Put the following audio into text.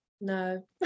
No